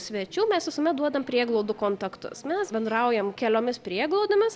svečių mes visuomet duodam prieglaudų kontaktus mes bendraujam keliomis prieglaudomis